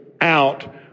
out